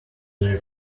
their